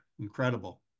Incredible